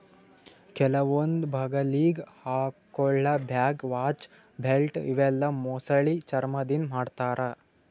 ಕೆಲವೊಂದ್ ಬಗಲಿಗ್ ಹಾಕೊಳ್ಳ ಬ್ಯಾಗ್, ವಾಚ್, ಬೆಲ್ಟ್ ಇವೆಲ್ಲಾ ಮೊಸಳಿ ಚರ್ಮಾದಿಂದ್ ಮಾಡ್ತಾರಾ